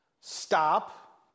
Stop